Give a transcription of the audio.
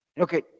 Okay